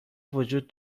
وجود